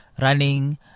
running